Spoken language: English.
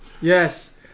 Yes